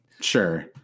Sure